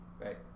Right